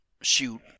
shoot